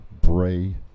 Bray